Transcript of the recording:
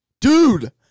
Dude